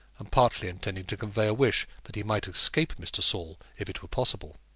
and partly intending to convey a wish that he might escape mr. saul, if it were possible.